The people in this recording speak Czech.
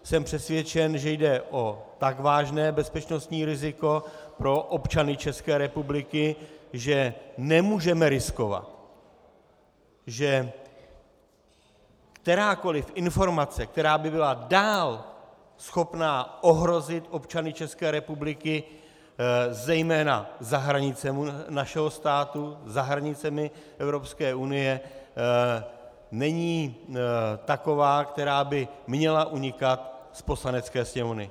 Jsem přesvědčen, že jde o tak vážné bezpečnostní riziko pro občany České republiky, že nemůžeme riskovat, že kterákoliv informace, která by byla dál schopná ohrozit občany České republiky, zejména za hranicemi našeho státu, za hranicemi Evropské unie, není taková, která by měla unikat z Poslanecké sněmovny.